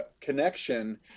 connection